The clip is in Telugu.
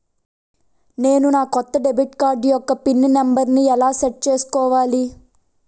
నేను నా కొత్త డెబిట్ కార్డ్ యెక్క పిన్ నెంబర్ని ఎలా సెట్ చేసుకోవాలి?